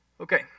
Okay